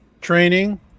training